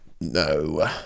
No